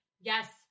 yes